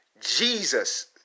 Jesus